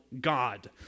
God